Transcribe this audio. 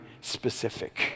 specific